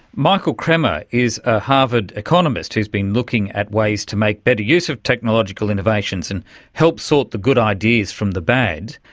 michael kremer is a harvard economist who has been looking at ways to make better use of technological innovations and help sort the good ideas from the bad.